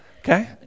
Okay